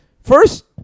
first